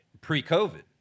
pre-COVID